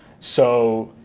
so,